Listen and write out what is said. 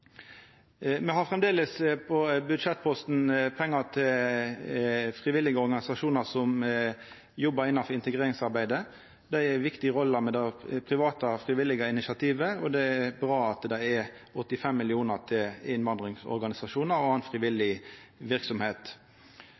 Me har framleis pengar på budsjettposten til frivillige organisasjonar som jobbar med integreringsarbeid. Dei har ei viktig rolle, med det private, frivillige initiativet, og det er bra at det er 85 mill. kr til innvandringsorganisasjonar og anna frivillig